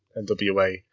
NWA